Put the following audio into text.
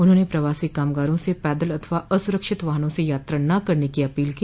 उन्होंने प्रवासी कामगारों से पैदल अथवा असुरक्षित वाहनों से यात्रा न करने की अपील की